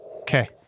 Okay